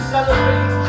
Celebrate